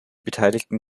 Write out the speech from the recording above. beteiligten